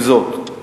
עם זאת,